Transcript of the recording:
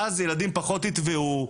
ואז ילדים פחות יטבעו,